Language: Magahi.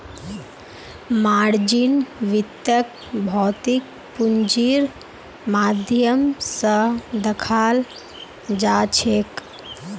मार्जिन वित्तक भौतिक पूंजीर माध्यम स दखाल जाछेक